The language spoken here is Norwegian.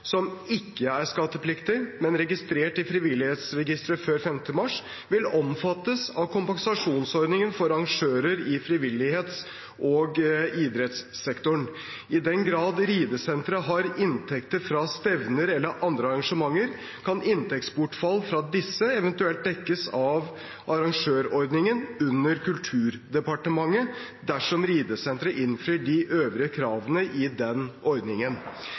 som ikke er skattepliktige, men registrert i Frivillighetsregisteret før 5. mars, vil omfattes av kompensasjonsordningen for arrangører i frivillighets- og idrettssektoren. I den grad ridesenteret har inntekter fra stevner eller andre arrangementer, kan inntektsbortfall fra disse eventuelt dekkes av arrangørordningen under Kulturdepartementet dersom ridesenteret innfrir de øvrige kravene i den ordningen.